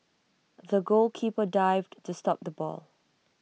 the goalkeeper dived to stop the ball